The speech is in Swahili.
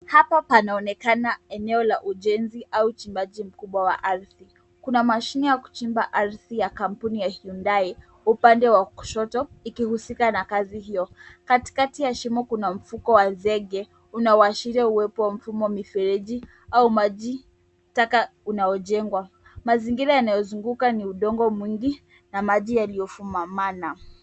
Hapa panaonekana eneo la ujenzi au chimbaji mkubwa wa ardhi. Kuna mashine ya kuchimba ardhi ya kampuni ya Hyundai, upande wa kushoto, ikihusika na kazi hiyo. Katikati ya shimo kuna mfuko wa zege unaoashiria uwepo wa mfumo mifereji au majitaka unaojengwa. Mazingira yanayozunguka ni udongo mwingi na maji yaliyofumamana.